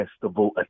Festival